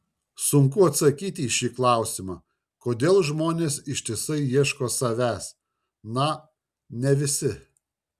sunku atsakyti į šį klausimą kodėl žmonės ištisai ieško savęs na ne visi